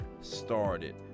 started